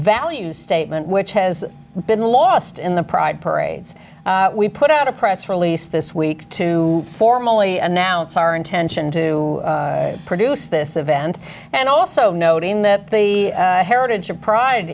value statement which has been lost in the pride parades we put out a press release this week to formally announce our intention to produce this event and also noting that the heritage of pride